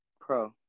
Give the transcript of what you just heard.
Pro